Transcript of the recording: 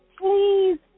Please